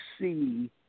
see